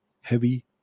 heavy